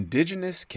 Indigenous